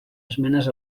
esmenes